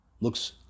looks